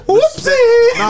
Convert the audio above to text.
Whoopsie